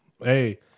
Hey